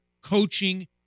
coaching